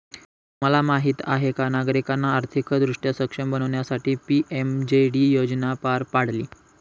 तुम्हाला माहीत आहे का नागरिकांना आर्थिकदृष्ट्या सक्षम बनवण्यासाठी पी.एम.जे.डी योजना पार पाडली